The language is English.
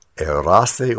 Erase